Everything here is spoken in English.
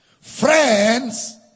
Friends